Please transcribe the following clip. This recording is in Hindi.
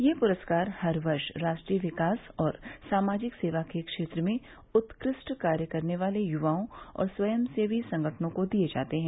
ये पुरस्कार हर वर्ष राष्ट्रीय विकास और सामाजिक सेवा के क्षेत्र में उत्कृष्ट कार्य करने वाले युवाओं और स्वयंसेवी संगठनों को दिये जाते हैं